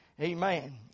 Amen